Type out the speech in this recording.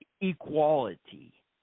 equality